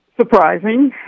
surprising